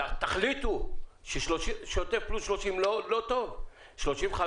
תחליטו ששוטף פלוס 30 לא טוב, אז 35,